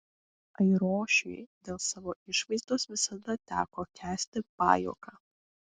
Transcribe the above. airošiui dėl savo išvaizdos visada teko kęsti pajuoką